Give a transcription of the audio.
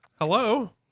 Hello